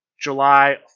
July